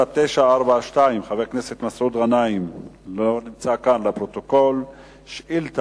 חבר הכנסת זבולון אורלב שאל את